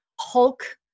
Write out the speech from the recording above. Hulk